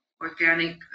organic